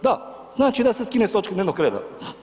Da, znači, da se skine s točke dnevnog reda.